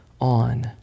on